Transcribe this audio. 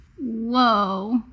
Whoa